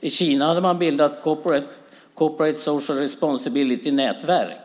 I Kina har man bildat corporate social responsibility nätverk.